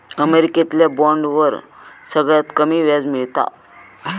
अमेरिकेतल्या बॉन्डवर सगळ्यात कमी व्याज मिळता